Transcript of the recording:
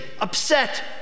upset